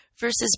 versus